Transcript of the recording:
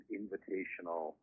invitational